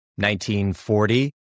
1940